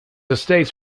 estates